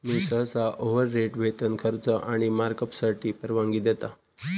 fee सहसा overhead, वेतन, खर्च आणि मार्कअपसाठी परवानगी देता